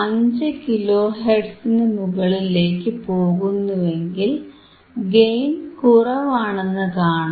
5 kilo ഹെർട്സിനു മുകളിലേക്ക് പോകുന്നുവെങ്കിൽ ഗെയിൻ കുറവാണെന്നു കാണാം